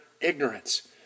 ignorance